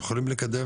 אנחנו יכולים לקדם